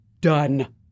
done